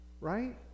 Right